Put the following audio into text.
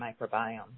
microbiome